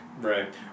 Right